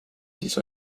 siis